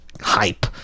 hype